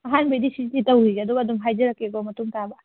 ꯑꯍꯥꯟꯕꯩꯗꯤ ꯁꯤꯁꯦ ꯇꯧꯒꯤꯒꯦ ꯑꯗꯨꯒ ꯑꯗꯨꯝ ꯍꯥꯏꯖꯔꯛꯀꯦ ꯃꯇꯨꯡ ꯇꯥꯕ